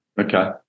Okay